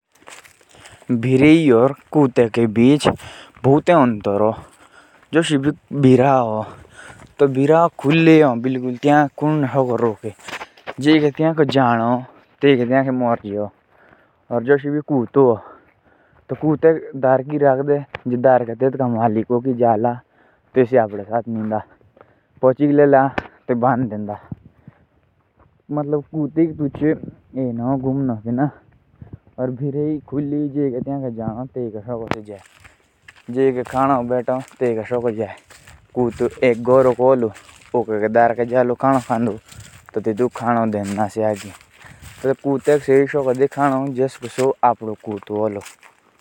बिल्ली और कुत्ते के बीच बहुत ज़्यादा अंतर है। जैसे बिल्ली होती है वो तो आज़ाद होती है। और कुत्ता जहाँ उसका मालिक ले जाएगा वहीं जाएगा।